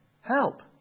help